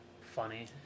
funny